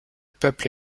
peuple